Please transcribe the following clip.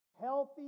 healthy